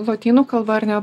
lotynų kalba ar ne